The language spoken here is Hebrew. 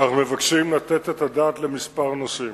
אנחנו מבקשים לתת את הדעת לכמה נושאים.